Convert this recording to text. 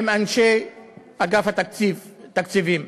עם אנשי אגף התקציבים,